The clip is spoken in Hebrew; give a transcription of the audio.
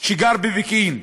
שגר בפקיעין.